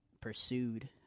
pursued